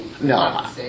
No